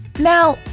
Now